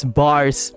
bars